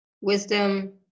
wisdom